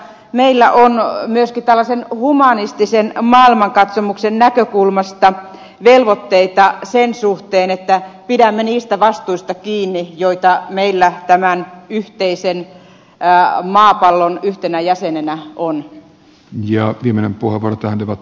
meillä on myöskin tällaisen humanistisen maailmankatsomuksen näkökulmasta velvoitteita sen suhteen että pidämme niistä vastuista kiinni joita meillä tämän yhteisen maapallon yhtenä jäsenenä on